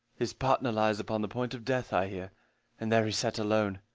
his partner lies upon the point of death, i hear and there he sat alone.